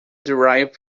derive